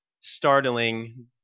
startling